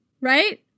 right